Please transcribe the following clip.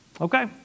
Okay